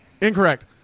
Incorrect